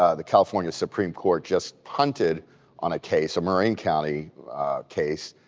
ah the california supreme court, just punted on a case, a marin county case